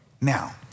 Now